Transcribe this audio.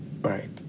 right